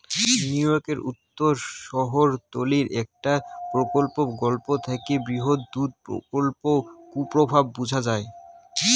নিউইয়র্কের উত্তর শহরতলীর একটা প্রকল্পর গল্প থাকি বৃহৎ দুধ প্রকল্পর কুপ্রভাব বুঝা যাই